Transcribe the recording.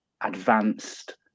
advanced